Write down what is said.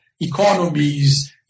Economies